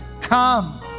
Come